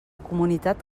comunitat